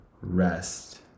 rest